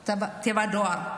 את תיבת הדואר,